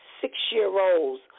six-year-olds